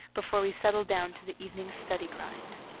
before we settle down to the evening's study-grind.